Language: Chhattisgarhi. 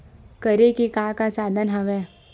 करे के का का साधन हवय?